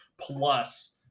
plus